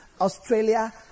Australia